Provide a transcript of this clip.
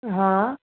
हा